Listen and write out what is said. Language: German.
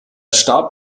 starb